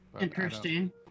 Interesting